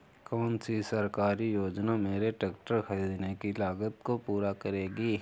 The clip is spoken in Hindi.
कौन सी सरकारी योजना मेरे ट्रैक्टर ख़रीदने की लागत को पूरा करेगी?